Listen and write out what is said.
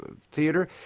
theater